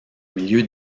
milieu